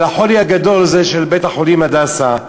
אבל החולי הגדול הוא של בית-החולים "הדסה",